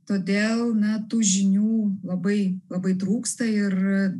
todėl na tų žinių labai labai trūksta ir